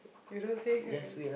you don't say here